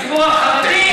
את מה אתה מייצג,